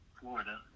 Florida